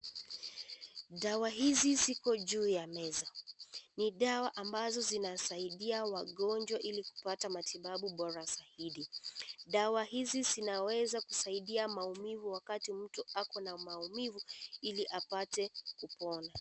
Dawa hizi ziko juu ya meza ,ni dawa ambazo zinasaidia wagonjwa ili kupata matibabu bora zaidi. Dawa hizi zinaweza kusaidia maumivu wakati mtu ako na maumivu ili apate kupona.